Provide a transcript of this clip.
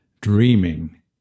dreaming